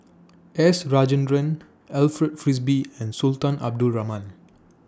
S Rajendran Alfred Frisby and Sultan Abdul Rahman